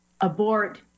abort